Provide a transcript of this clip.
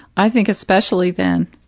i think especially then.